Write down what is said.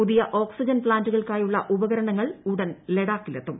പുതിയ ഓക്സിജൻ പ്ലാന്റുകൾക്കായുള്ള ഉപകരണങ്ങൾ ഉടൻ ലഡാക്കിൽ എത്തും